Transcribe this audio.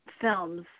films